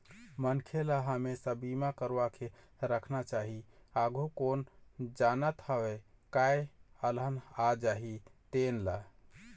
मनखे ल हमेसा बीमा करवा के राखना चाही, आघु कोन जानत हवय काय अलहन आ जाही तेन ला